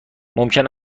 ممکن